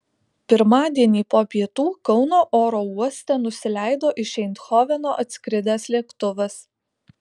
pirmadienį po pietų kauno oro uoste nusileido iš eindhoveno atskridęs lėktuvas